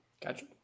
Gotcha